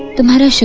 the matter,